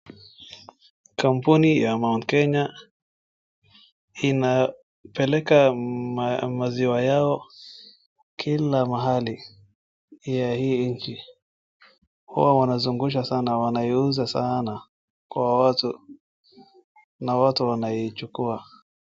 Kampuni ya Mount Kenya inapeleka maziwa yao kila mahali ya hii nchi. Huwa wanazungusha sana, wanaiuza saana kwa watu na watu wanaichukua.